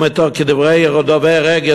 כדברי דובר "אגד",